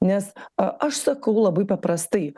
nes a aš sakau labai paprastai